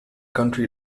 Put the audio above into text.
county